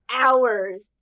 hours